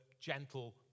gentle